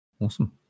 Awesome